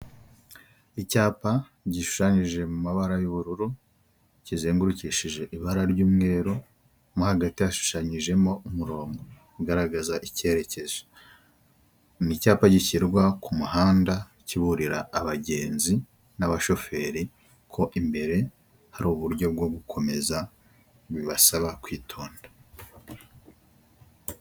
Icyapa gishushanyije mu mabara y'ubururu kizengurukishije ibara ry'umweru, mo hagati yashushanyijemo umurongo ugaragaza icyerekezo, ni icyapa gishyirwa ku muhanda kiburira abagenzi n'abashoferi ko imbere hari uburyo bwo gukomeza bibasaba kwitonda.